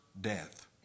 death